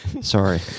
Sorry